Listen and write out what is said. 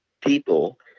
people